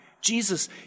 Jesus